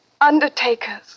Undertaker's